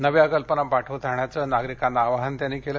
नव्या कल्पना पाठवत राहण्याचं नागरिकांना आवाहन त्यांनी केलं